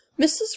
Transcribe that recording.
Mrs